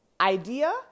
idea